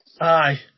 Aye